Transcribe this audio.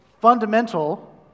fundamental